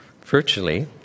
virtually